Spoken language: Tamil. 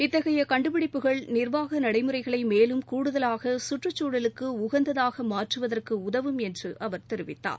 இத்தகைய கண்டுபிடிப்புகள் நிர்வாக நடைமுறைகளை மேலும் கூடுதலாக கற்றுச்சூழலுக்கு உகந்ததாக மாற்றுவதற்கு உதவும் என்று அவர் தெரிவித்தார்